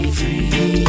free